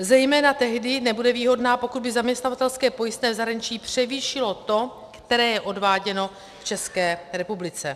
Zejména tehdy nebude výhodná, pokud by zaměstnavatelské pojistné v zahraničí převýšilo to, které je odváděno v České republice.